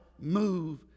move